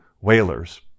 Whalers